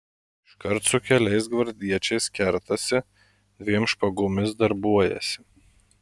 iškart su keliais gvardiečiais kertasi dviem špagomis darbuojasi